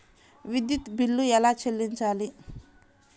విద్యుత్ బిల్ ఎలా చెల్లించాలి?